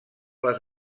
les